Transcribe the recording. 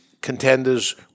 Contenders